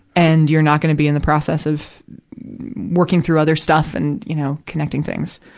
and you're not gonna be in the process of working through other stuff and, you know, connecting things.